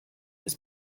des